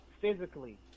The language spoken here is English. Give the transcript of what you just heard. physically